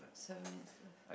seven minutes left